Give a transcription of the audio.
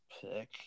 pick